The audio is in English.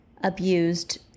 abused